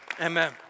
Amen